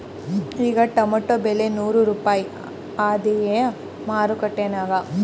ಈಗಾ ಟೊಮೇಟೊ ಬೆಲೆ ನೂರು ರೂಪಾಯಿ ಅದಾಯೇನ ಮಾರಕೆಟನ್ಯಾಗ?